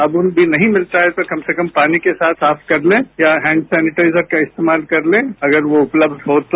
सावुन भी नहीं मिलता है तो कम से कम पानी के साथ साफ कर लें या हैंड सेनिटाइजर का इस्तेमाल कर लें अगर वो उपलब्ध हो तो